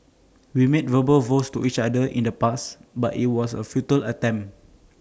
we made verbal vows to each other in the past but IT was A futile attempt